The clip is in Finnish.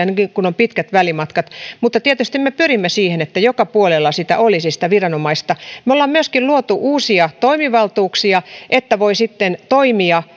kun on pitkät välimatkat mutta tietysti me pyrimme siihen että joka puolella viranomaisia olisi me olemme myöskin luoneet uusia toimivaltuuksia että voi sitten toimia